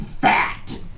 fat